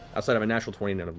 outside of a natural twenty, none